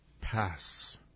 pass